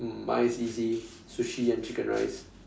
um mine's easy sushi and chicken rice